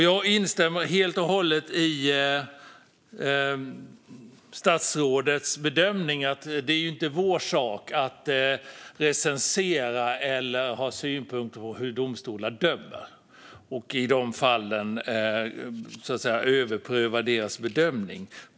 Jag instämmer helt och hållet i statsrådets bedömning att det inte är vår sak att recensera eller ha synpunkter på hur domstolar dömer och att i de fallen överpröva deras bedömning.